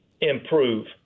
improve